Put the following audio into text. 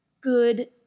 good